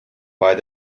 bei